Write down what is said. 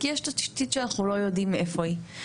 כי יש תשתית שאנחנו לא יודעים איפה היא.